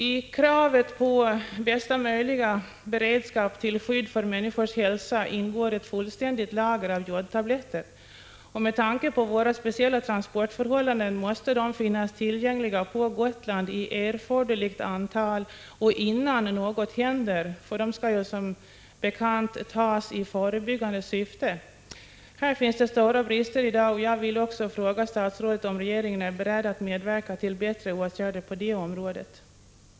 I kravet på bästa möjliga beredskap till skydd för människors hälsa ingår ett fullständigt lager av jodtabletter, och med tanke på våra speciella transportförhållanden måste de finnas tillgängliga på Gotland i erforderligt antal och innan något händer. De skall, som bekant, tas i förebyggande syfte. Här finns stora brister i dag, och jag vill också fråga statsrådet om regeringen är beredd att medverka till bättre åtgärder på detta område.